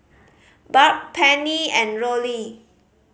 Barb Penny and Rollie